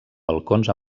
balcons